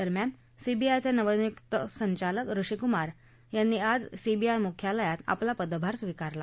दरम्यान सीबीआयचे नवनियुक्त संचालक ऋषीक्मार यांनी आज सीबीआय मुख्यालयात आपला पदभार स्वीकारला